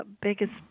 biggest